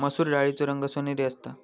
मसुर डाळीचो रंग सोनेरी असता